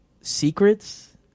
secrets